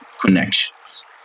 connections